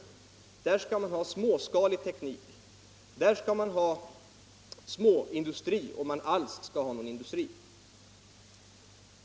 Där skall man ha småskalig teknik och småindustri, om man alls skall ha någon.